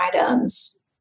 items